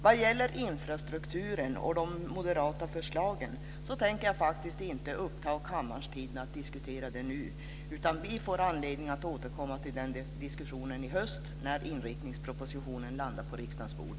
Vad gäller infrastrukturen och de moderata förslagen tänker jag faktiskt inte uppta kammarens tid med att diskutera dem nu, utan vi får anledning att återkomma till den diskussionen i höst när inriktningspropositionen landar på riksdagens bord.